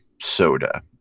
soda